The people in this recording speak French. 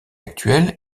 actuel